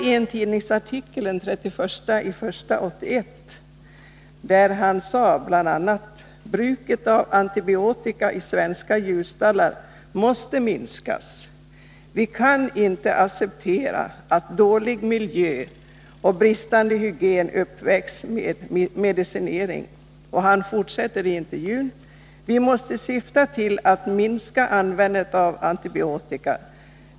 I en tidningsartikel den 31 januari 1981 sade jordbruksministern bl.a.: ”Bruket av antibiotika i svenska djurstallar måste minskas. Vi kan inte acceptera att dålig miljö och bristande hygien uppvägs med medicinering, Han fortsätter i intervjun: ”Vi måste syfta till att minska användningen av antibiotika.